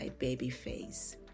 Babyface